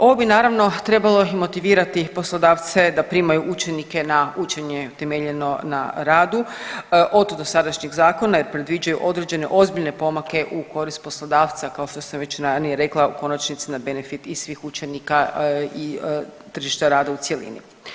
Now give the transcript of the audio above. Ovo bi naravno trebalo i motivirati poslodavce da primaju učenike na učenje temeljeno na radu, ... dosadašnjeg zakona jer predviđaju određene ozbiljne pomake u korist poslodavca, kao što sam već ranije rekla, u konačnici, na benefit i svih učenika i tržišta rada u cjelini.